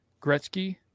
Gretzky